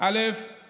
אליך בכבוד.